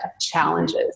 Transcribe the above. challenges